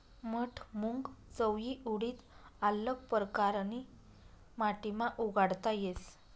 मठ, मूंग, चवयी, उडीद आल्लग परकारनी माटीमा उगाडता येस